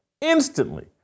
instantly